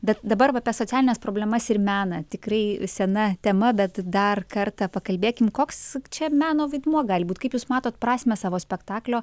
bet dabar va apie socialines problemas ir meną tikrai sena tema bet dar kartą pakalbėkim koks čia meno vaidmuo gali būt kaip jūs matot prasmę savo spektaklio